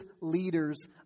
leaders